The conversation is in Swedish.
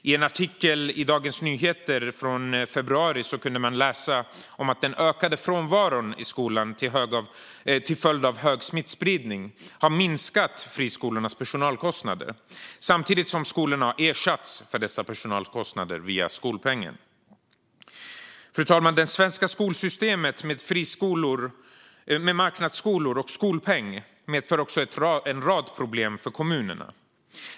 I en artikel i Dagens Nyheter i februari kunde man läsa om att den ökade frånvaron i skolan till följd av hög smittspridning har minskat friskolornas personalkostnader samtidigt som skolorna har ersatts för dessa personalkostnader via skolpengen. Fru talman! Det svenska skolsystemet med marknadsskolor och skolpeng medför också en rad problem för kommunerna.